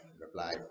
reply